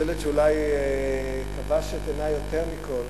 השלט שאולי כבש את עיני יותר מכול,